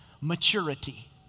maturity